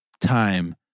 time